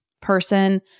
person